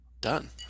Done